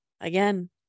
again